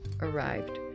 arrived